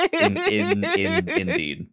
Indeed